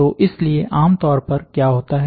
तो इसलिए आमतौर पर क्या होता है